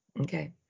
Okay